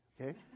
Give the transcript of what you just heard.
Okay